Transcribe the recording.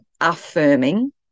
affirming